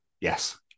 Yes